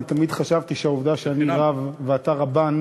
אני תמיד חשבתי שהעובדה שאני רב ואתה רבן